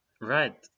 Right